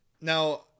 Now